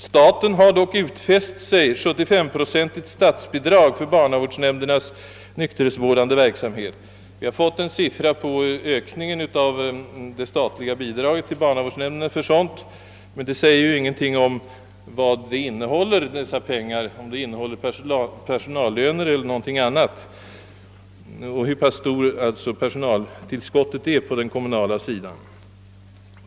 Staten har dock utfäst sig att ge ett 75-procentigt stats bidrag till barnavårdsnämndernas nykterhetsvårdande verksamhet. Statsrådet gav i svaret en sifferuppgift rörande ökningen av utgivna anslag via statsbidraget, men därav framgår inte om pengarna avser personallöner eller någonting annat, inte heller hur stort personaltillskottet är på den kommunala sidan.